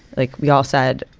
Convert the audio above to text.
like we all said,